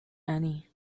annie